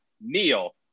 neil